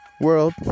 world